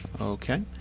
Okay